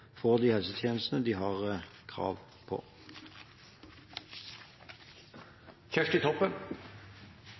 de helsetjenestene de har krav på.